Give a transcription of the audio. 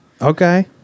Okay